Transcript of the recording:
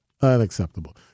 Unacceptable